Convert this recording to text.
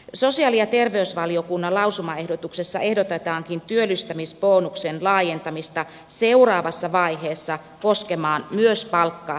sosiaali ja terveysvaliokunnan lausumaehdotuksessa ehdotetaankin työllistymisbonuksen laajentamista seuraavassa vaiheessa koskemaan myös palkkatuettua työtä